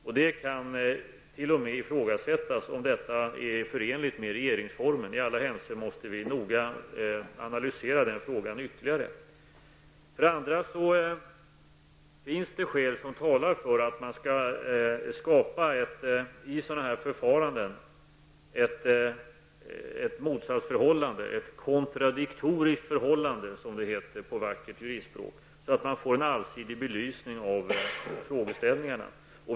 Och det kan t.o.m. ifrågasättas om detta är förenligt med regeringsformen. I alla händelser måste vi noga analysera den frågan ytterligare. Det finns också skäl som talar för att man vid sådana förfaranden skall skapa ett motsatsförhållande, ett kontradiktoriskt förhållande, som det heter på vackert juristspråk, så att man får en allsidig belysning av frågeställningarna.